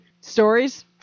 Stories